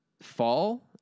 fall